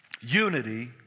unity